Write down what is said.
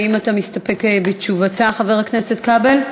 האם אתה מסתפק בתשובתה, חבר הכנסת כבל?